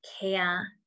care